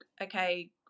okay